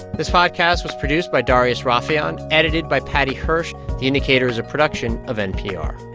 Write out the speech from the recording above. this podcast was produced by darius rafieyan, edited by paddy hirsch. the indicator's a production of npr